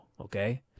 okay